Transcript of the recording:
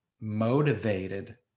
motivated